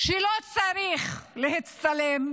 שלא צריך להצטלם,